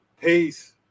Peace